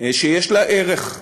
שיש לה ערך.